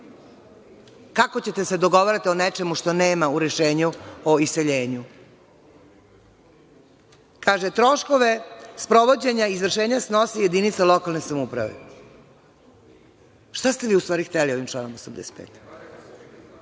Kako ćete da se dogovarate o nečemu što nema u rešenju o iseljenju? Kaže – Troškove sprovođenja izvršenja snosi jedinica lokalne samouprave. Šta ste vi u stvari hteli ovim članom 85.?